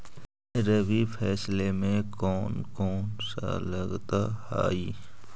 रबी फैसले मे कोन कोन सा लगता हाइय?